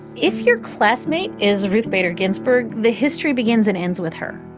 if your classmate is ruth bader ginsburg, the history begins and ends with her.